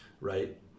right